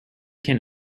can